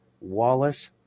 Wallace